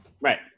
right